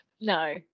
No